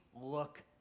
look